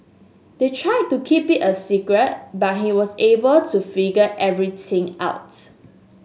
they tried to keep it a secret but he was able to figure everything out